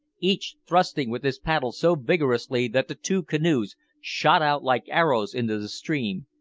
each thrusting with his paddle so vigorously that the two canoes shot out like arrows into the stream.